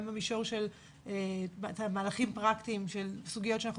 גם במישור של מהלכים פרקטיים של סוגיות שאנחנו